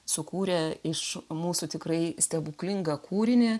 sukūrė iš mūsų tikrai stebuklingą kūrinį